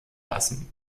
lassen